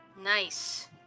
Nice